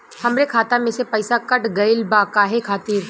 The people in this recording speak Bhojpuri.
हमरे खाता में से पैसाकट गइल बा काहे खातिर?